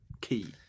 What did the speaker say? Key